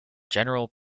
general